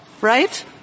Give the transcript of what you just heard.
right